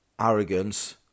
arrogance